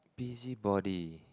busybody